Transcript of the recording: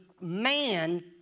man